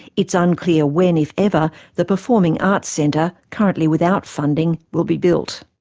it's unclear when, if ever, the performing arts centre, currently without funding, will be built.